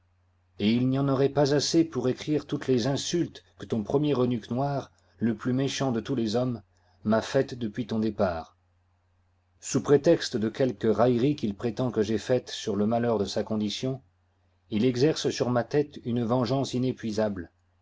et il n'y en auroit pas assez pour écrire toutes les insultes que ton premier eunuque noir le plus méchant de tous les hommes m'a faites depuis ton départ sous prétexte de quelques railleries qu'il prétend que j'ai faites sur le malheur de sa condition il exerce sur ma tête une vengeance inépuisable